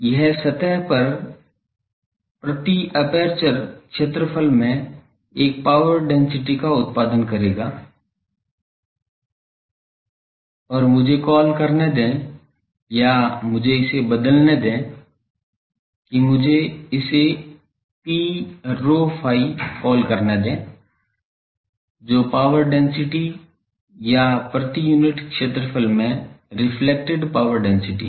यह सतह पर प्रति एपर्चर क्षेत्रफल के एक पावर डेंसिटी का उत्पादन करेगा और मुझे कॉल करने दें या मुझे इसे बदलने दें कि मुझे इसे Pρ ϕ कॉल करने दें जो पावर डेंसिटी या प्रति यूनिट क्षेत्र में रिफ्लेक्टेड पावर डेंसिटी है